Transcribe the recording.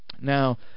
Now